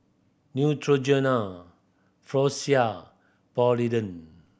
Neutrogena Polident